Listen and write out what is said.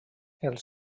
els